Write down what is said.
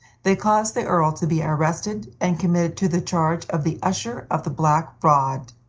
they caused the earl to be arrested and committed to the charge of the usher of the black rod,